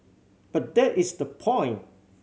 but that is the point